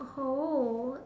oh